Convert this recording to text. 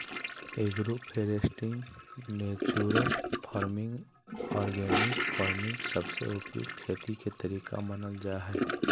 agro foresting, natural farming, organic farming सबसे उपयुक्त खेती के तरीका मानल जा हय